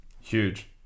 Huge